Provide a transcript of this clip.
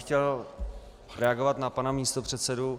Chtěl bych reagovat na pana místopředsedu.